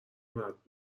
مرد